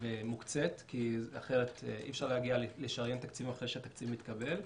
ומוקצית כי אחרת אי אפשר לשריין תקציבים אחרי שהתקציב מתקבל.